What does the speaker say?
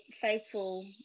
faithful